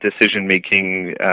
decision-making